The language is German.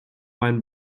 meinem